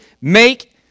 make